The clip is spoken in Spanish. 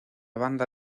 banda